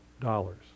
dollars